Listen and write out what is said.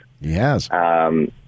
Yes